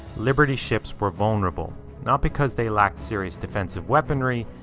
liberty ships were vulnerable not because they lacked serious defensive weaponry,